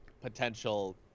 potential